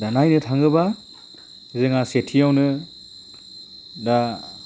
दा नायनो थाङोबा जोंहा सेथियावनो दा